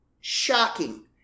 shocking